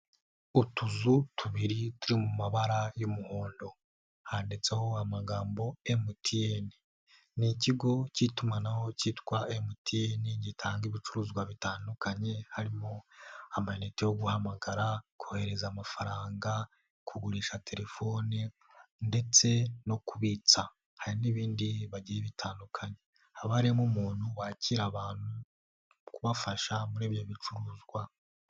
Utuzu tubiri turi mu mabara y'umuhondo handitseho amagambo ya MTN. Ni ikigo cy'itumanaho cyitwa MTN gitanga ibicuruzwa bitandukanye, harimo amayinite yo guhamagara, kohereza amafaranga, kugurisha telefone ndetse no kubitsa. Hari n'ibindi bIgiye bitandukanye haba harimo umuntu wakira abantu kubafasha muri ibyo bicuruzwa.